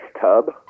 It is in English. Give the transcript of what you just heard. tub